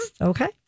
okay